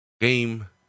game